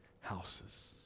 houses